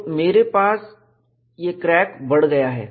तो मेरे पास यह क्रैक बढ़ गया है